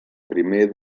primer